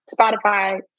Spotify